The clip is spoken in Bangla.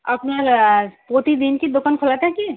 আপনার প্রতিদিন কি দোকান খোলা থাকে